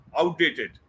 outdated